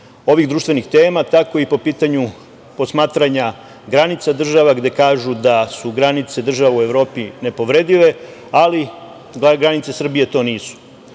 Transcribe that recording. ovih društvenih tema, tako i po pitanju posmatranja granica država, gde kažu da su granice država u Evropi nepovredive, ali granice Srbije to nisu. Isto